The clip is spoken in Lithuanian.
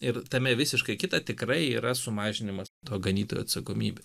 ir tame visiškai kita tikrai yra sumažinimas to ganytojų atsakomybė